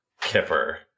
Kipper